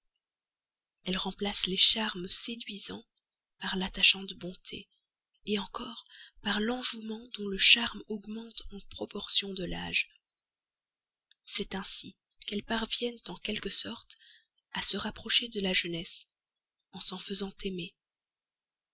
elles remplacent les charmes séduisants par l'attachante bonté encore par l'enjouement dont le charme augmente en proportion de l'âge c'est ainsi qu'elles parviennent en quelque sorte à se rapprocher de la jeunesse en s'en faisant aimer